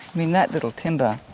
mean that little timber,